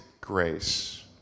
grace